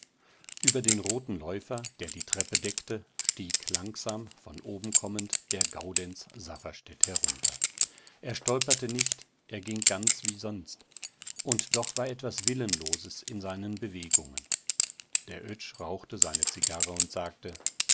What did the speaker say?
über den roten läufer der die treppe deckte stieg langsam von oben kommend der gaudenz safferstätt herunter er stolperte nicht er ging ganz wie sonst und doch war etwas willenloses in seinen bewegungen der oetsch rauchte seine zigarre und sagte